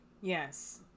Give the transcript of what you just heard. yes